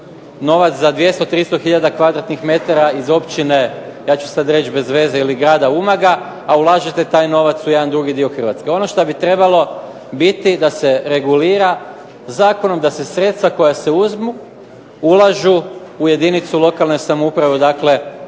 kvadratnih metara iz općine, ja ću sad reći bezveze, ili grada Umaga, a ulažete taj novac u jedan drugi dio Hrvatske. Ono što bi trebalo biti da se regulira zakonom, da se sredstva koja se uzmu ulažu u jedinicu lokalne samouprave odakle